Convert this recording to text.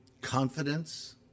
confidence